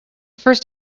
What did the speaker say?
first